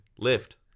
Lift